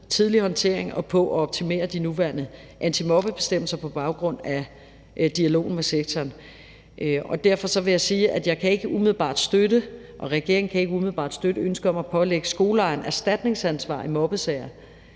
tidlig håndtering og på at optimere de nuværende antimobbebestemmelser på baggrund af dialogen med sektoren. Derfor vil jeg sige, at jeg ikke umiddelbart kan støtte og regeringen ikke umiddelbart kan støtte ønsket om at pålægge skoleejeren erstatningsansvar i mobbesager,